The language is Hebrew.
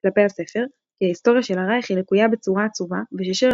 כלפי הספר כי ההיסטוריה של הרייך היא לקויה בצורה עצובה וששירר